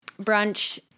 Brunch